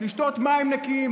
לשתות מים נקיים,